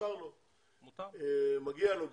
מגיע לו,